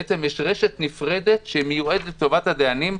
בעצם יש רשת נפרדת שמיועדת לטובת הדיינים.